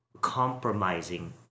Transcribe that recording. compromising